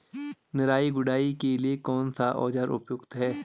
निराई गुड़ाई के लिए कौन सा औज़ार उपयुक्त है?